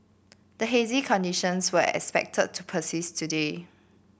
the hazy conditions were expected to persist today